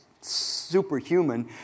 superhuman